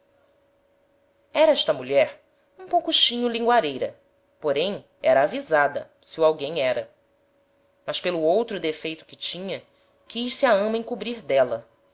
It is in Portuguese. era esta mulher um poucochinho lingoareira porém era avisada se o alguem era mas pelo outro defeito que tinha quis se a ama encobrir d'éla